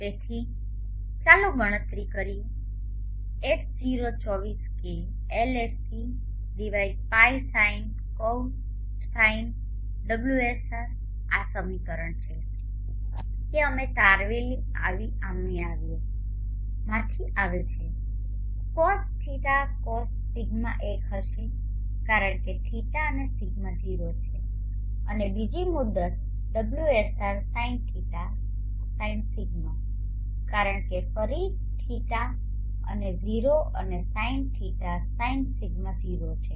તેથી ચાલો ગણતરી ગણતરી H0 24 k Lscπsin ωsr આ સમીકરણો છે કે અમે તારવેલી આવી માંથી આવે cosϕ cos δ 1 હશે કારણ કે ϕ અને δ 0 છે અને બીજી મુદત ωsr sinϕ sinδ કારણ કે ફરી ϕ δ અને 0 અને sin ϕ sin δ 0 છે